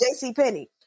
JCPenney